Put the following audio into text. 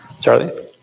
Charlie